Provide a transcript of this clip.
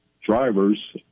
drivers